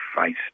face